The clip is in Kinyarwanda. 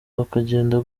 bakagenda